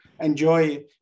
enjoy